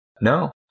No